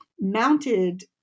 mounted